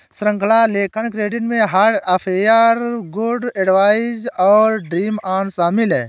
श्रृंखला लेखन क्रेडिट में हार्ट अफेयर, गुड एडवाइस और ड्रीम ऑन शामिल हैं